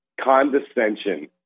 condescension